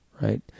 right